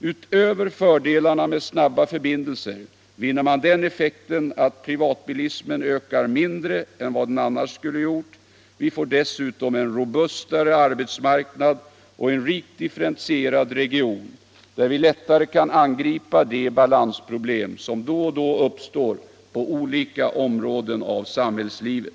Utöver fördelarna med snabba förbindelser vinner man den effekten att privatbilismen ökar mindre än vad den annars skulle gjort. Vi får dessutom en robustare arbetsmarknad och en rikt differentierad region, där vi lättare kan angripa de balansproblem som då och då uppstår på olika områden av samhällslivet.